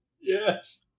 Yes